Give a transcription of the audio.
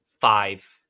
five